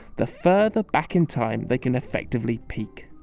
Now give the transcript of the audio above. the further back in time they can effectively peek.